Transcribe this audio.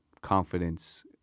confidence